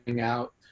out